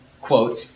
quote